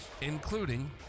including